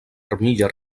armilla